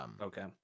Okay